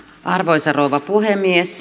arvoisa rouva puhemies